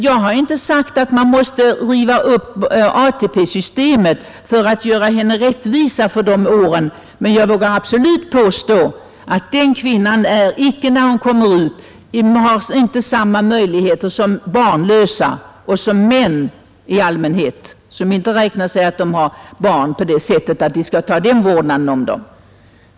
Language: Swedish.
Jag har inte sagt att man måste riva upp ATP-systemet för att göra henne rättvisa för de åren, men jag vågar absolut påstå att när denna kvinna kommer ut i arbetslivet har hon inte samma möjligheter som barnlösa eller som män i allmänhet, vilka inte anser sig ha samma ansvar för vårdnaden om barnen som kvinnan.